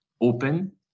open